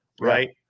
Right